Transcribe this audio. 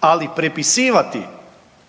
ali prepisivati